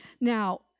Now